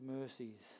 mercies